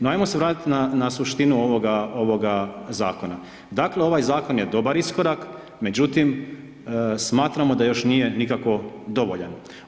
No ajmo se vratit na suštinu ovoga, ovoga zakona, dakle ovaj zakon je dobar iskorak, međutim smatramo da još nije nikako dovoljan.